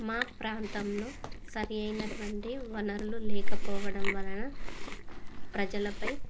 మా ప్రాంతంలో సరి అయినటువంటి వనరులు లేకపోవడం వలన ప్రజలపై